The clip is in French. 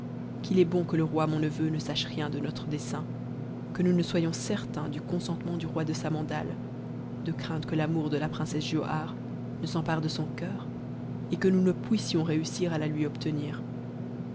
qu'il est bon que le roi mon neveu ne sache rien de'notre dessein que nous ne soyons certains du consentement du roi de samandal crainte que l'amour de la princesse giauhare ne s'empare de son cœur mus ne puissions réussir la lui obtenir